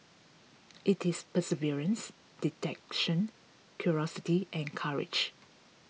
it is perseverance detection curiosity and courage